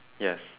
yes